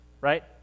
right